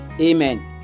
Amen